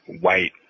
white